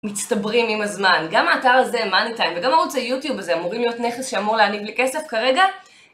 מצטברים עם הזמן, גם האתר הזה מאני-טיים וגם ערוץ היוטיוב הזה אמורים להיות נכס שאמור להעניג לכסף כרגע